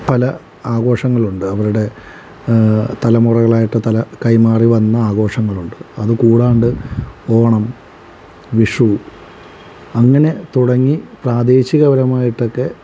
പല ആഘോഷങ്ങളുണ്ട് അവരുടെ തലമുറകളായിട്ട് കല കൈമാറി വന്ന ആഘോഷങ്ങളുണ്ട് അത് കൂടാണ്ട് ഓണം വിഷു അങ്ങനെ തുടങ്ങി പ്രാദേശിക പരമായിട്ടൊക്കെ